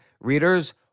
readers